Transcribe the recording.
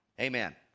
Amen